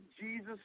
Jesus